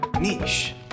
Niche